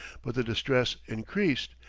but the distress increased,